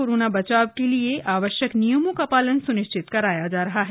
corona बचाव के लिए आवश्यक नियमों का पालन सुनिश्चित कराया जा रहा है